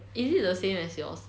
is it the same as yours